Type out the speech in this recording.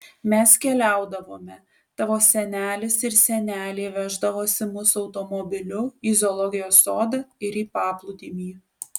mes keliaudavome tavo senelis ir senelė veždavosi mus automobiliu į zoologijos sodą ir į paplūdimį